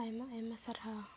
ᱟᱭᱢᱟ ᱟᱭᱢᱟ ᱥᱟᱨᱦᱟᱣ